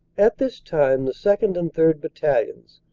at this time the second. and third. battalions,